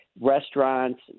restaurants